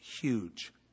huge